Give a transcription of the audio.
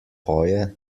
poje